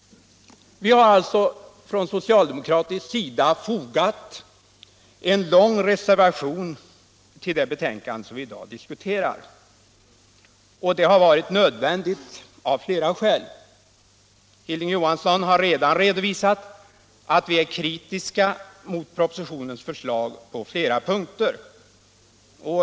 Vi socialdemokrater har alltså fogat en lång reservation till det betänkande riksdagen i dag diskuterar. Det har varit nödvändigt av flera skäl. Hilding Johansson har redan redovisat att vi är kritiska mot propositionens förslag på flera punkter.